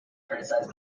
criticise